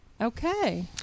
Okay